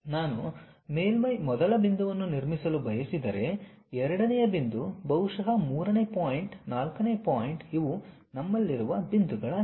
ನಾನು ಮೇಲ್ಮೈ ಮೊದಲ ಬಿಂದುವನ್ನು ನಿರ್ಮಿಸಲು ಬಯಸಿದರೆ ಎರಡನೆಯ ಬಿಂದು ಬಹುಶಃ ಮೂರನೇ ಪಾಯಿಂಟ್ ನಾಲ್ಕನೇ ಪಾಯಿಂಟ್ ಇವು ನಮ್ಮಲ್ಲಿರುವ ಬಿಂದುಗಳಾಗಿವೆ